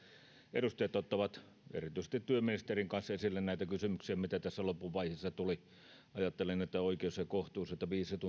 edustajat ottavat erityisesti työministerin kanssa esille näitä kysymyksiä mitä tässä loppuvaiheessa tuli ajattelen että on oikeus ja kohtuus että viisi tuntia